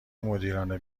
مدیران